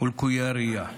ולקויי הראייה.